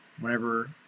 Whenever